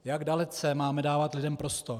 Jak dalece máme dávat lidem prostor.